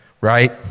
right